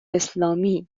اسلامی